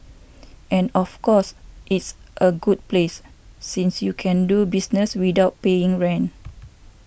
and of course it's a good place since you can do business without paying rent